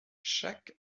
chaque